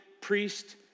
Priest